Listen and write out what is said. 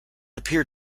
appear